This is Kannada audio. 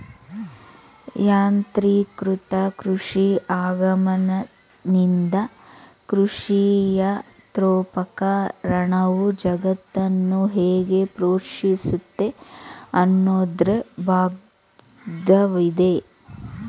ಯಾಂತ್ರೀಕೃತ ಕೃಷಿ ಆಗಮನ್ದಿಂದ ಕೃಷಿಯಂತ್ರೋಪಕರಣವು ಜಗತ್ತನ್ನು ಹೇಗೆ ಪೋಷಿಸುತ್ತೆ ಅನ್ನೋದ್ರ ಭಾಗ್ವಾಗಿದೆ